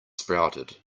sprouted